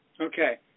Okay